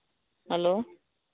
hello